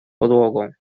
podłogą